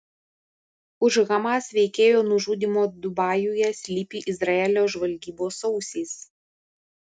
už hamas veikėjo nužudymo dubajuje slypi izraelio žvalgybos ausys